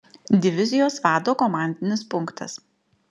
divizijos vado komandinis punktas